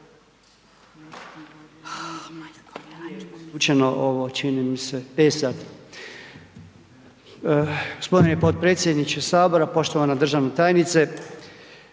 Zbog čega?